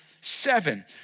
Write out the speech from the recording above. seven